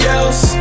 else